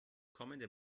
kommende